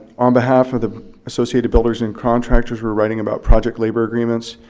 on behalf of the associated builders and contractors, we're writing about project labor agreements.